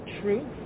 truth